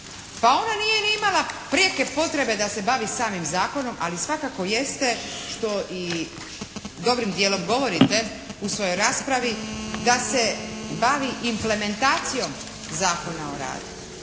Pa ona nije ni imala prijeke potrebe da se bavi samim zakonom ali svakako jeste što i dobrim djelom govorite u svojoj raspravi da se bavi implementacijom Zakona o radu,